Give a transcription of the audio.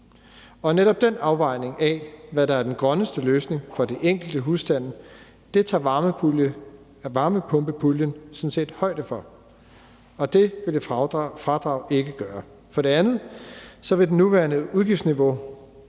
Netop afvejningen af, hvad der er den grønneste løsning for de enkelte husstande, tager varmepumpepuljen sådan set højde for, og det vil et fradrag ikke gøre. For det andet vil det nuværende udgiftsniveau